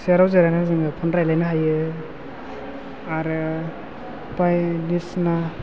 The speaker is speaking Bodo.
सियाराव जिरायनानै जोङो फन रायलायनो हायो आरो बायदिसिना